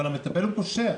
אבל המטפל הוא פושע.